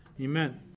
amen